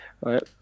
right